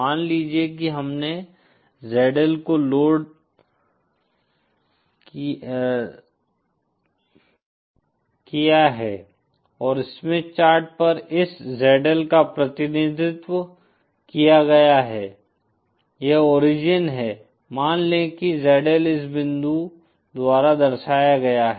मान लीजिए कि हमने ZL को लोड किया है और स्मिथ चार्ट पर इस ZL का प्रतिनिधित्व किया गया है यह ओरिजिन है मान लें कि ZL इस बिंदु द्वारा दर्शाया गया है